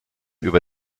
über